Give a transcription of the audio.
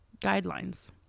guidelines